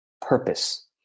purpose